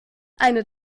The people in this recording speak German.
eine